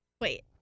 Wait